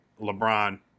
LeBron